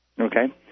Okay